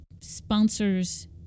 sponsors